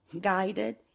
guided